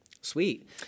Sweet